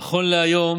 נכון להיום